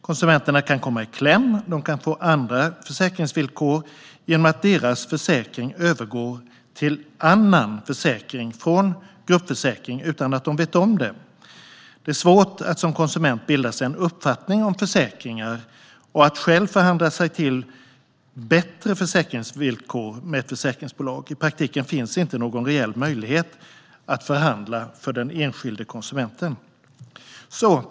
Konsumenterna kan komma i kläm, och de kan få andra försäkringsvillkor genom att deras försäkring övergår till annan försäkring från gruppförsäkring utan att de vet om det. Det är svårt att som konsument bilda sig en uppfattning om försäkringar och att själv förhandla sig till bättre försäkringsvillkor med försäkringbolag. I praktiken finns inte någon reell möjlighet för den enskilde konsumenten att förhandla.